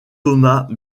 thomas